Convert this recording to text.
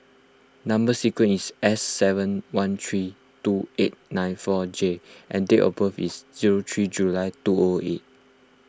Number Sequence is S seven one three two eight nine four J and date of birth is zero three July two O O eight